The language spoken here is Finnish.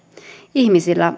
ihmisillä